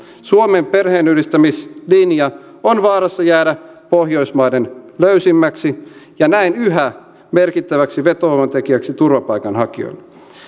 suomen perheenyhdistämislinja on vaarassa jäädä pohjoismaiden löysimmäksi ja näin yhä merkittäväksi vetovoimatekijäksi turvapaikanhakijoille